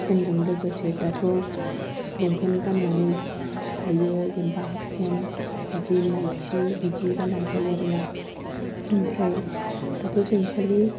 समजों लोगोसे दाथ' लंपेन गाननानै थायो जेन'बा हाफपेन्ट नाइटि बिदि गाननानै थायो आरोना ओमफ्राय दाथ' जों खालि